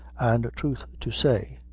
and, truth to say,